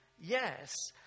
yes